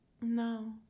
no